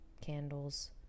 candles